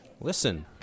Listen